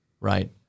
right